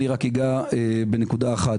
רק אגע בנקודה אחת.